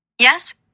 Yes